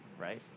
right